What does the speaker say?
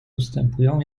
ustępują